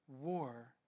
war